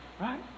Right